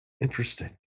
interesting